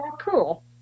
Cool